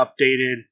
updated